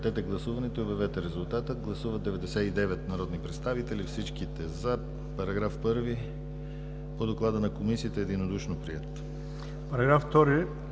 Параграф 1